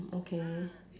okay